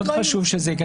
חשוב מאוד שזה ייכנס.